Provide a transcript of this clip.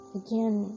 again